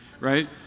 right